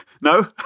No